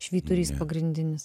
švyturys pagrindinis